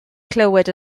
clywed